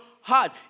heart